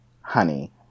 honey